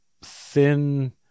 thin